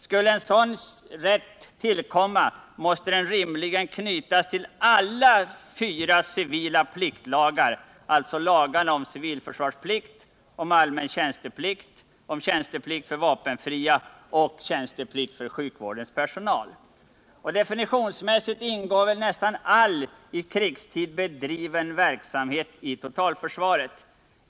Skulle en sådan rätt tillkomma måste den rimligen knytas till alla de fyra civila pliktlagarna, alltså lagarna om civilförsvarsplikt, allmän tjänsteplikt. tjänsteplikt för vapenfria och ti plikt för sjukvårdens personal. Definitionsmässigt ingår väl nästan all i krigstid bedriven verksamhet i totalförsvaret.